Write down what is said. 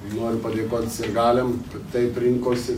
noriu padėkot sirgaliam kad taip rinkosi